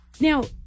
Now